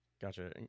gotcha